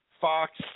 Fox